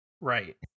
right